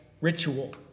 ritual